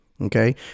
okay